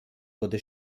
wurde